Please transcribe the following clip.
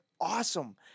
awesome